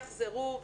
יחזרו,